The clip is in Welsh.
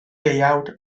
deuawd